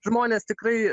žmonės tikrai